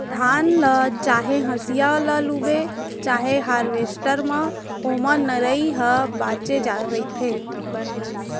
धान ल चाहे हसिया ल लूबे चाहे हारवेस्टर म ओमा नरई ह बाचे रहिथे